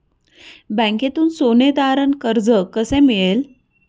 बँकेतून सोने तारण कर्ज कसे मिळेल?